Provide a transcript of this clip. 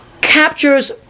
captures